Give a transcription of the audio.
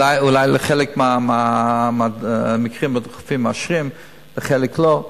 אולי לחלק מהמקרים הדחופים מאשרים, לחלק לא.